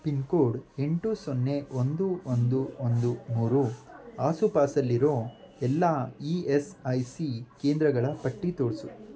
pin code ಎಂಟು ಸೊನ್ನೆ ಒಂದು ಒಂದು ಒಂದು ಮೂರು ಆಸುಪಾಸಲ್ಲಿರೋ ಎಲ್ಲ ಇ ಎಸ್ ಐ ಸಿ ಕೇಂದ್ರಗಳ ಪಟ್ಟಿ ತೋರಿಸು